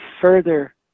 further